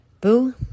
Boo